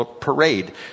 parade